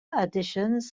additions